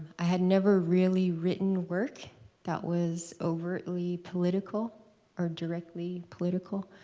i had never really written work that was overtly political or directly political.